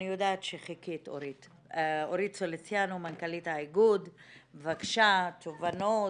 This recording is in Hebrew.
אורית סוליציאנו, מנכ"לית האיגוד, בבקשה, תובנות